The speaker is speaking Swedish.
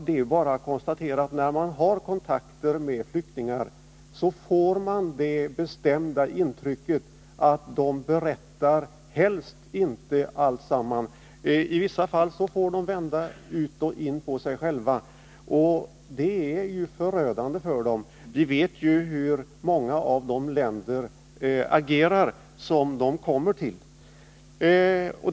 Det är bara att konstatera att när man har kontakter med flyktingar, så får man det bestämda intrycket att de helst inte vill berätta allt de har att berätta. I vissa fall får de vända ut och in på sig själva, och det kan bli förödande för dem — vi vet ju hur många av de länder som dessa människor kommer från agerar.